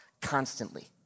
Constantly